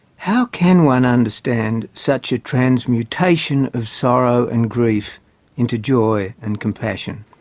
how can one understand such a transmutation of sorrow and grief into joy and compassion?